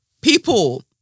People